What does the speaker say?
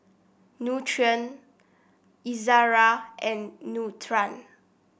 Nutren Ezerra and Nutren